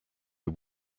you